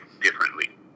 differently